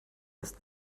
ist